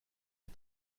les